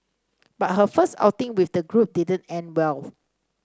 but her first outing with the group didn't end well